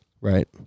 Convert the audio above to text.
Right